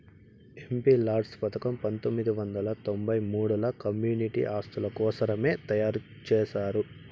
MPLADS పథకం పంతొమ్మిది వందల తొంబై మూడుల కమ్యూనిటీ ఆస్తుల కోసరమే తయారు చేశారు